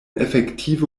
efektive